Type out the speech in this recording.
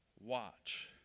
watch